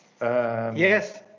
Yes